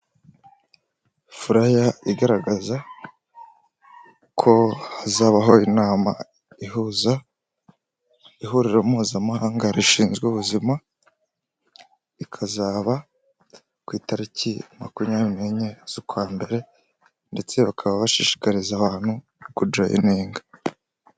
Fulaya igaragaza, ko hazabaho inama ihuza, ihuriro mpuzamahanga rishinzwe ubuzima, ikazaba, ku itariki makumyabiri nenye z'ukwa mbere, ndetse bakaba bashishikariza abantu kujoyininga.